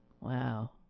Wow